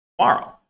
tomorrow